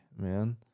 man